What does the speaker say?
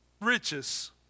Riches